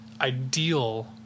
ideal